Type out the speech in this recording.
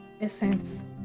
essence